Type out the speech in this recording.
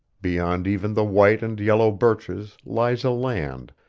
beyond even the white and yellow birches lies a land,